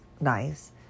nice